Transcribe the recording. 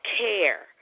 care